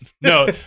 No